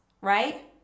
right